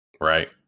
Right